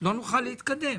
לא נוכל להתקדם,